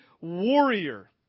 warrior